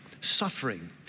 suffering